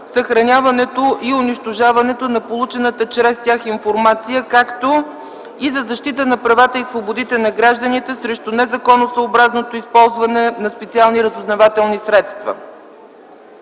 съхраняването и унищожаването на получената чрез тях информация, както и за защита на правата и свободите на гражданите срещу незаконосъобразното използване на специални разузнавателни средства.